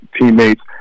teammates